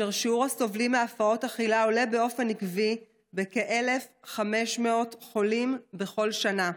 ושיעור הסובלים מהפרעות אכילה עולה באופן עקבי בכ-1,500 חולים בכל שנה.